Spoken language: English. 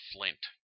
Flint